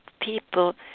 people